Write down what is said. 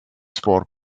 svar